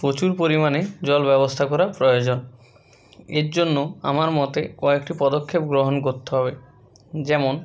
প্রচুর পরিমাণে জল ব্যবস্থা করা প্রয়োজন এর জন্য আমার মতে কয়েকটি পদক্ষেপ গ্রহণ করতে হবে যেমন